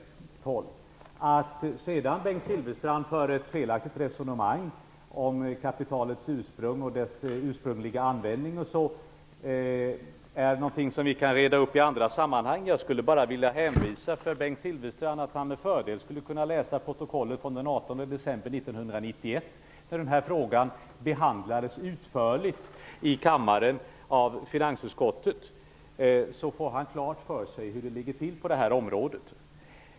Vi kan i andra sammanhang reda ut att Bengt Silfverstrand för ett felaktigt resonemang om kapitalets ursprung och ursprungliga användning osv. Jag kan hälsa Bengt Silfverstrand att han med fördel kan läsa protokollet från den 18 december 1991 där denna fråga behandlades utförligt i kammaren av finansutskottet. Då får han klart för sig hur det ligger till på området.